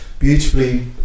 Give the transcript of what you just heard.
beautifully